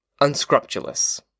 unscrupulous